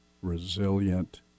Resilient